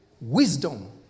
wisdom